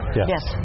yes